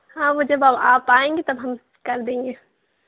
ہاں وہ جب آپ آئیں گی تب ہم کر دیں گے